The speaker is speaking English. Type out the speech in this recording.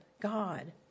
God